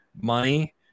money